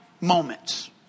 moments